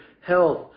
health